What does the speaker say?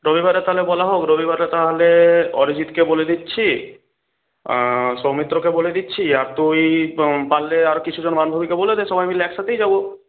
রবিবারে তাহলে বলা হোক রবিবারে তাহলে অরিজিৎকে বলে দিচ্ছি সৌমিত্রকে বলে দিচ্ছি আর তুই পারলে আর কিছুজন বান্ধবীকে বলে দে সবাই মিলে একসাথেই যাব